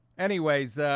anyways, ah